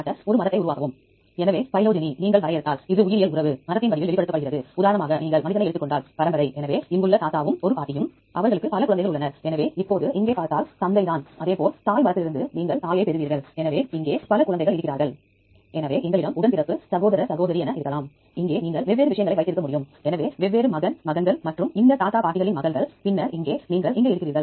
மேம்படுத்தப்பட்ட தேர்தலில் நீங்கள் பல துறைகளின் நுழைவு தேர்வு செய்யலாம் எடுத்துக்காட்டாக நீங்கள் ஒரு முதன்மை அணுகல் என்னை கொடுக்க விரும்பினால் அது ஒரு விஷயமாக இருக்கும் பிறகு அணுகல் எண் வரிசை நீளம் மூலக்கூறு வகை மற்றும் வெவ்வேறுபட்ட விருப்பங்கள் கிடைக்கிறது எனவே அவற்றையெல்லாம் நீங்கள் எவ்வாறு செய்ய முடியும் என்பது ஒரு எடுத்துக்காட்டு மூலம் கொடுக்கப்பட்டுள்ளது